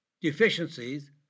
deficiencies